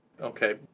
Okay